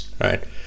right